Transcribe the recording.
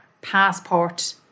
passport